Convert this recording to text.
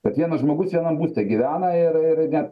kad vienas žmogus vienam būste gyvena ir ir net